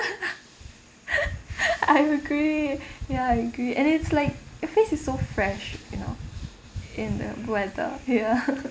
I agree ya I agree and it's like your face is so fresh you know in the weather ya